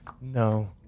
No